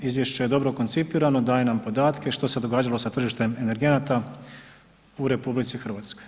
Izvješće je dobro koncipirano, daje nam podatke što se događalo sa tržištem energenata u RH.